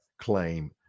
claim